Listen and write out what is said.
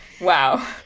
Wow